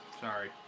Sorry